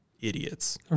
idiots